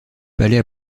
palais